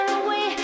away